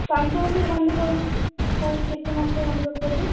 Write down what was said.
ପାଞ୍ଚ ହଜାର ବାନ୍ଧିଲେ କେଉଁ କେତେ ମାସ ବାନ୍ଧିବାକୁ ପଡ଼ିବ